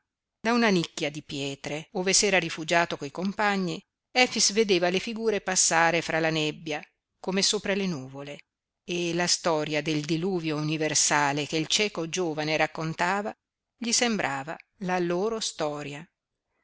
da una nicchia di pietre ove s'era rifugiato coi compagni efix vedeva le figure passare fra la nebbia come sopra le nuvole e la storia del diluvio universale che il cieco giovane raccontava gli sembrava la loro storia